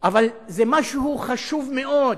ולהגיד לי שזה משהו חשוב מאוד,